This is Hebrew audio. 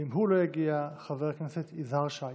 ואם הוא לא יגיע, חבר הכנסת יזהר שי.